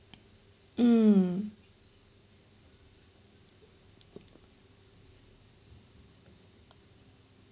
mm